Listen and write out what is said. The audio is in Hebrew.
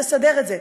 תסדר את זה.